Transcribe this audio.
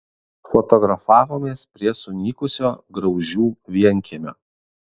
fotografavomės prie sunykusio graužių vienkiemio